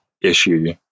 issue